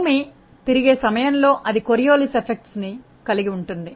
భూమి తిరిగే సమయంలో అది కోరియోలిస్ ప్రభావాన్ని కలిగి ఉంటుంది